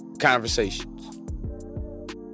conversations